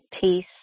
peace